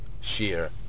sheer